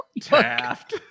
Taft